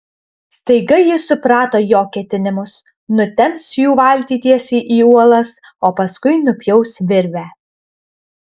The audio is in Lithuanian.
staiga ji suprato jo ketinimus nutemps jų valtį tiesiai į uolas o paskui nupjaus virvę